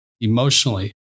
emotionally